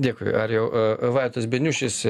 dėkui ar jau vaidotas beniušis